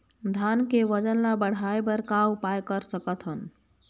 धान के वजन ला बढ़ाएं बर का उपाय कर सकथन?